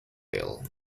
veil